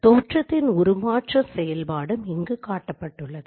தோற்றத்தின் உருமாற்ற செயல்பாடும் இங்கு காட்டப்பட்டுள்ளது